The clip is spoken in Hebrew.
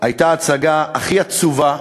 היה ההצגה הכי עצובה,